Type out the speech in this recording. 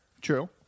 true